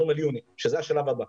שזה השלב הבא.